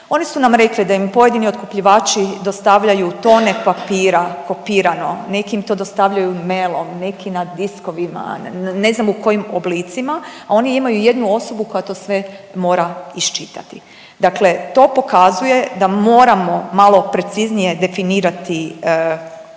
oni su nam rekli da im pojedini otkupljivači dostavljaju tone papira kopirano, neki im to dostavljaju mailom, neki na diskovima, ne znam u kojim oblicima, a oni imaju jednu osobu koja to sve mora iščitati. Dakle, to pokazuje da moramo malo preciznije definirati određene